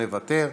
מוותר.